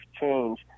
change